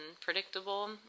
predictable